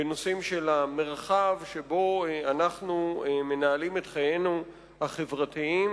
בנושאים של המרחב שבו אנחנו מנהלים את חיינו החברתיים.